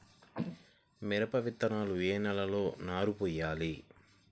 మిరప విత్తనాలు ఏ నెలలో నారు పోయాలి?